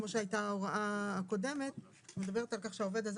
כמו שהייתה ההוראה הקודמת: היא מדברת על כך שהעובד הזר